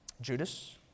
Judas